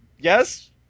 yes